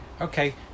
okay